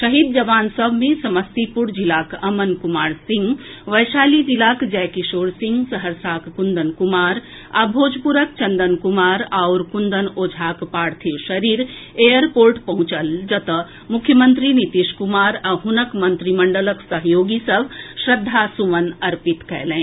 शहीद जवान सभ मे समस्तीपुर जिलाक अमन कुमार सिंह वैशाली जिलाक जय किशोर सिंह सहरसाक कुंदन कुमार आ भोजपुरक चंदन कुमार आओर कुंदन ओझाक पार्थिव शरीर एयरपोर्ट पहुंचल जतऽ मुख्यमंत्री नीतीश कुमार आ हुनक मंत्रिमंडलक सहयोगी सभ श्रद्वासुमन अर्पित कएलनि